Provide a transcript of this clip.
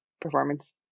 performance